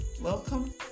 Welcome